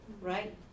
right